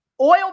oil